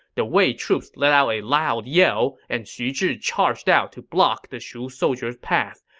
the wei troops let out a loud yell and xu zhi charged out to block the shu soldiers' path.